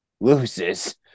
loses